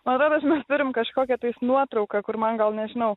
man rodos mes turim kažkokią tais nuotrauką kur man gal nežinau